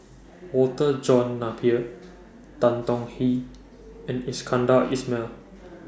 Walter John Napier Tan Tong Hye and Iskandar Ismail